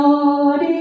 Lord